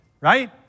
right